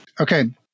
Okay